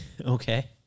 Okay